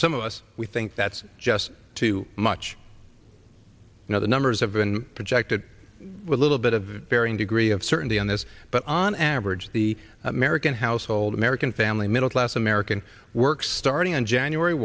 some of us we think that's just too much you know the numbers have been projected a little bit of varying degree of certainty on this but on average the american household american family middle class american works starting on january